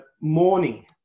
morning